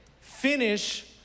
finish